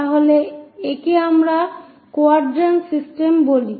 তাহলে একে আমরা কোয়াড্রান্ট সিস্টেম বলি